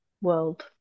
world